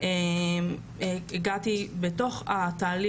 את האמת,